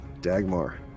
Dagmar